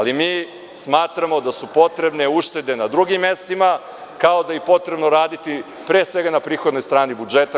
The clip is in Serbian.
Mi smatramo da su potrebne uštede na drugim mestima, kao da je potrebno raditi, pre svega na prihodnoj strani budžeta.